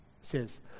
says